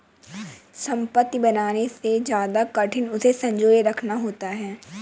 संपत्ति बनाने से ज्यादा कठिन उसे संजोए रखना होता है